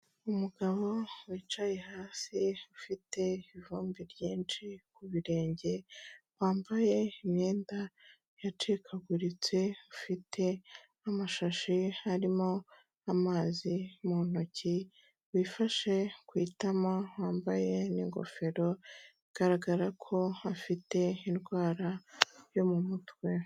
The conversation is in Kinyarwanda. Umugabo wicaye hasi ufite ivumbi ryinshi ku birenge, wambaye imyenda yacikaguritse ufite n'amashashi harimo amazi mu ntoki, wifashe ku itama wambaye n'ingofero bigaragara ko afite indwara yo mu mutwe.